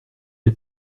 est